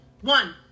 one